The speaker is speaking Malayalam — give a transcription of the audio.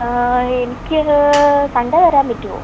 എനിക്ക് സൺഡേ തരാൻ പറ്റുമോ